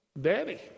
Daddy